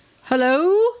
Hello